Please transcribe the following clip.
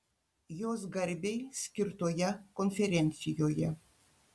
jos garbei skirtoje konferencijoje